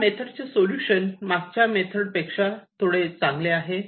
या मेथड चे सोलुशन मागच्या मेथोड पेक्षा चांगले आहे